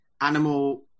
animal –